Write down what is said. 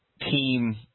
team